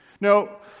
Now